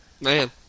man